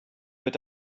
wird